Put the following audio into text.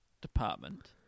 department